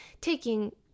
taking